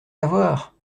l’avoir